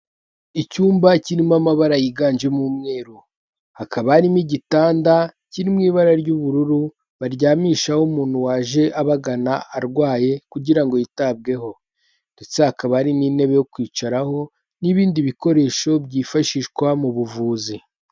Icyumba kirimo amabara yiganjemo umweru, hakaba harimo igitanda kiri mu ibara ry'ubururu baryamishaho umuntu waje abagana arwaye kugira ngo yitabweho ndetse hakaba hari n'intebe yo kwicaraho n'ibindi bikoresho byifashishwa mu buvuzi.